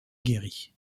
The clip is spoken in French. guérit